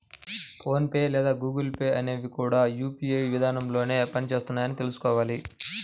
phone pay లేదా Google Pay అనేవి కూడా యూ.పీ.ఐ విధానంలోనే పని చేస్తున్నాయని తెల్సుకోవాలి